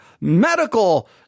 medical